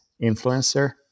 influencer